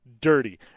Dirty